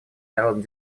народно